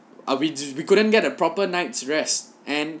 ah we we couldn't get a proper night rest